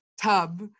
tub